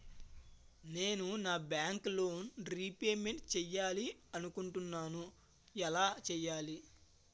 నేను నా bike loan repayment చేయాలనుకుంటున్నా ఎలా చేయాలి?